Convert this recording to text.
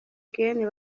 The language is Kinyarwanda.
again